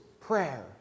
prayer